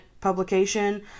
publication